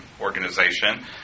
organization